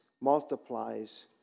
multiplies